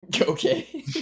okay